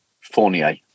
Fournier